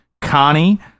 Connie